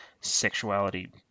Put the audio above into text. sexuality